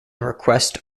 request